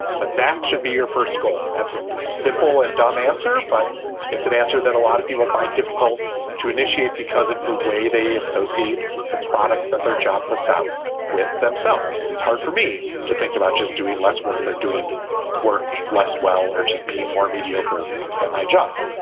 but that should be your first goal. and that's a simple and dumb answer. but it's an answer that a lot of people find difficult to initiate because of the way they associate the product that their job puts out with themselves. it's hard for me to think about just doing less work or doing work less well or just being more mediocre at my job.